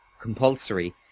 compulsory